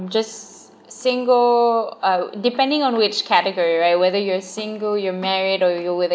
just single uh depending on which category right whether you're single you're married or you’re with a